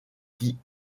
qui